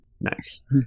Nice